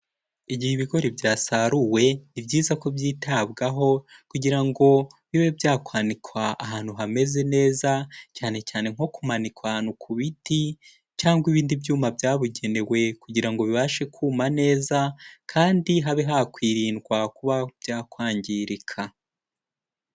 Igihe ibigori byasaruwe ni byiza ko byitabwaho kugira ngo bibe byabikwa ahantu hameze neza, cyane cyane nko kumanikwa ahantu ku biti cyangwa ibindi byuma byabugenewe, kugira ngo bibashe kuma neza kandi habe hakwirindwa kuba byakwangirika.